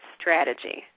strategy